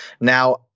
Now